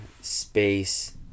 space